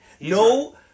No